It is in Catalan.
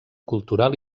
cultural